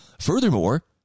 Furthermore